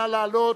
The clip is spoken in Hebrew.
נא לעלות.